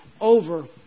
over